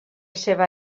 seva